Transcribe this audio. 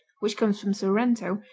which comes from sorrento,